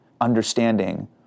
understanding